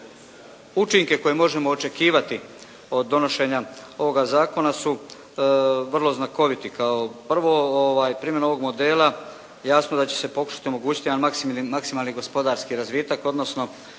učinke koje možemo očekivati od donošenja ovoga zakona su vrlo znakoviti. Kao prvo primjenom ovog modela jasno da će se pokušati omogućiti jedan maksimalni gospodarski razvitak odnosno